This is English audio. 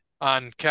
on